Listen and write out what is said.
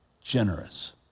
generous